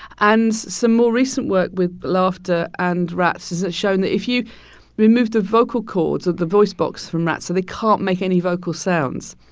and some more recent work with laughter and rats is it's shown that if you remove the vocal cords of the voicebox from rats so they can't make any vocal sounds,